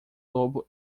lobo